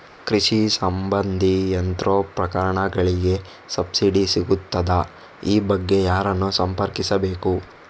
ಕೃಷಿ ಸಂಬಂಧಿ ಯಂತ್ರೋಪಕರಣಗಳಿಗೆ ಸಬ್ಸಿಡಿ ಸಿಗುತ್ತದಾ? ಈ ಬಗ್ಗೆ ಯಾರನ್ನು ಸಂಪರ್ಕಿಸಬೇಕು?